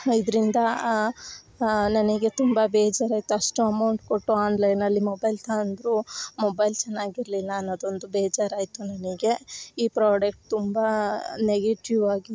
ಇದರಿಂದ ನನಗೆ ತುಂಬ ಬೇಜಾರ್ ಆಯಿತು ಅಷ್ಟು ಅಮೌಂಟ್ ಕೊಟ್ಟು ಆನ್ಲೈನ್ ಅಲ್ಲಿ ಮೊಬೈಲ್ ತಗೊಂಡರು ಮೊಬೈಲ್ ಚೆನ್ನಾಗಿರ್ಲಿಲ್ಲ ಅನ್ನೋದು ಒಂದು ಬೇಜಾರ್ ಆಯಿತು ನನಗೆ ಈ ಪ್ರಾಡಕ್ಟ್ ತುಂಬ ನೆಗೆಟಿವ್ ಆಗಿ